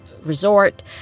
resort